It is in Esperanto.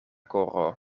koro